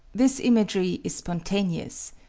this imagery is spontaneous.